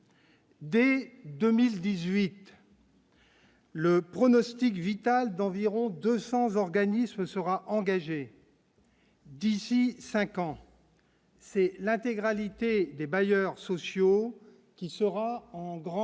Dès 2018. Le pronostic vital d'environ 200 organismes sera engagée. D'ici 5 ans. C'est l'intégralité des bailleurs sociaux qui sera en grande